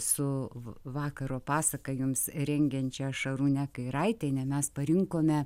su vakaro pasaka jums rengiančia šarūne kairaitiene mes parinkome